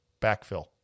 backfill